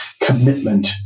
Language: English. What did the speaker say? commitment